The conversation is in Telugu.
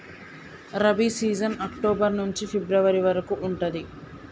రబీ సీజన్ అక్టోబర్ నుంచి ఫిబ్రవరి వరకు ఉంటది